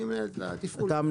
אני מנהל את התפעול.